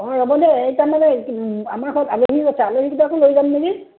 অঁ ৰ'ব দেই এই আমাৰ ঘৰত আলহীও আছে আলহী কেইটাকো লৈ যাম নেকি